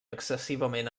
excessivament